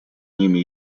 ними